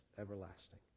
everlasting